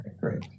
great